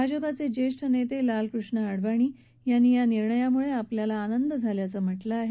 भाजपचे ज्येष्ठ नेते लाल कृष्ण अडवाणी यांनी या निर्णयामुळे अत्यानंद झाल्याचं म्हटलं आहे